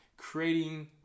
creating